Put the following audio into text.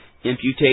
Imputation